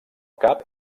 cap